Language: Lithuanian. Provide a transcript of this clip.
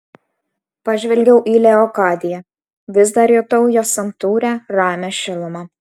pažvelgiau į leokadiją vis dar jutau jos santūrią ramią šilumą